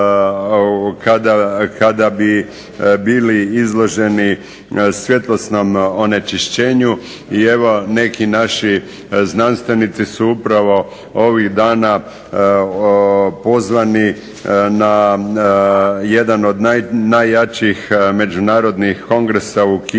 kada bi bili izloženi svjetlosnom onečišćenju. I evo neki naši znanstvenici su upravo ovih dana pozvani na jedan od najjačih međunarodnih kongresa u Kini